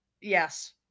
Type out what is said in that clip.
Yes